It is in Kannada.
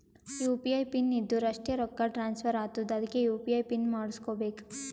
ಯು ಪಿ ಐ ಪಿನ್ ಇದ್ದುರ್ ಅಷ್ಟೇ ರೊಕ್ಕಾ ಟ್ರಾನ್ಸ್ಫರ್ ಆತ್ತುದ್ ಅದ್ಕೇ ಯು.ಪಿ.ಐ ಪಿನ್ ಮಾಡುಸ್ಕೊಬೇಕ್